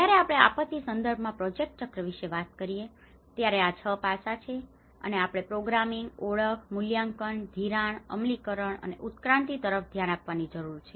જ્યારે આપણે આપત્તિ સંદર્ભમાં પ્રોજેક્ટ ચક્ર વિશે વાત કરીએ છીએ ત્યારે આ 6 પાસાં છે અને આપણે પ્રોગ્રામિંગ ઓળખ મૂલ્યાંકન ધિરાણ અમલીકરણ અને ઉત્ક્રાંતિ તરફ ધ્યાન આપવાની જરૂર છે